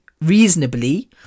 reasonably